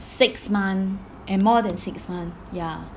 six month and more than six month ya